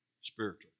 Spiritual